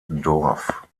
dorf